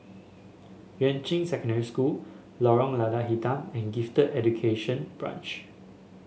Yuan Ching Secondary School Lorong Lada Hitam and Gifted Education Branch